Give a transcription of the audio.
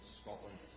Scotland